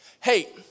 Hey